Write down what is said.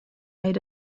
made